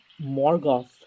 Morgoth